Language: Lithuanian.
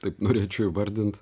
taip norėčiau įvardint